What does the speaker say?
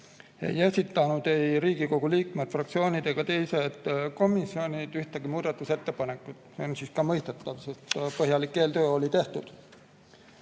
ei esitanud ei Riigikogu liikmed, fraktsioonid ega komisjonid ühtegi muudatusettepanekut. See on ka mõistetav, sest põhjalik eeltöö oli tehtud.